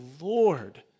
Lord